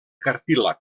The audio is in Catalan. cartílag